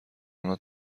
آنها